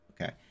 Okay